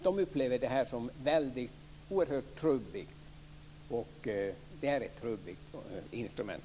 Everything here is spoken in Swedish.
De upplever betygssystemet som oerhört trubbigt, och det är ett trubbigt instrument.